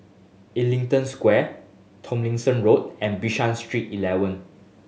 Ellington Square Tomlinson Road and Bishan Street Eleven